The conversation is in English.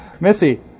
Missy